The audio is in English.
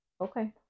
Okay